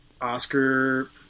Oscar